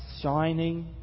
shining